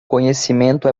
conhecimento